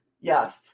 Yes